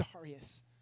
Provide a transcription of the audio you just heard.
Darius